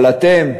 אבל אתם,